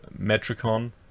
Metricon